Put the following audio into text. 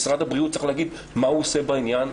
משרד הבריאות צריך להגיד מה הוא עושה בעניין.